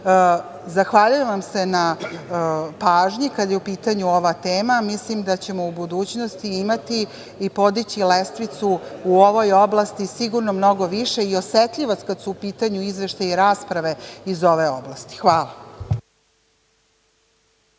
trendovi. Zahvaljujem vam se na pažnji kada je u pitanju ova tema. Mislim da ćemo u budućnosti imati i podići lestvicu u ovoj oblasti sigurno mnogo više i osetljivost kada su u pitanju izveštaji i rasprave iz ove oblasti. Hvala.